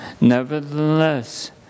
Nevertheless